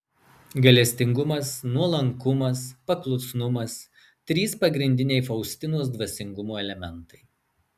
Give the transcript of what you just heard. gailestingumas nuolankumas paklusnumas trys pagrindiniai faustinos dvasingumo elementai